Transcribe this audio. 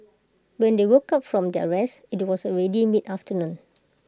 when they woke up from their rest IT was already mid afternoon